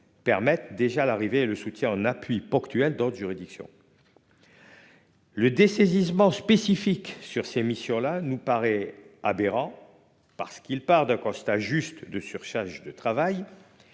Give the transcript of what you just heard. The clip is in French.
permettent déjà l'arrivée et le soutien un appui ponctuel d'autres juridictions. Le dessaisissement spécifique sur ces missions-là nous paraît aberrant parce qu'il part d'un constat juste de surcharge de travail.